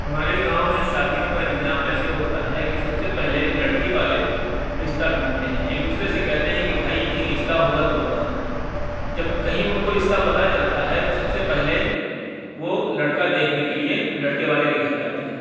ہمارے گاؤں میں شادیوں کا انتظام ایسے ہوتا ہے کہ سب سے پہلے لڑکی والے رشتہ ڈھونڈھتے ہیں ایک دوسرے سے کہتے ہیں کہ بھائی کہیں رشتہ ہوگا تو بتانا جب کہیں ان کو رشتہ پتہ چلتا ہے تو سب سے پہلے وہ لڑکا دیکھنے کے لئے لڑکے والے کے گھر جاتے ہیں